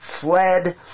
fled